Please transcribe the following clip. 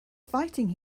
fighting